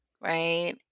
right